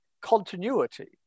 continuity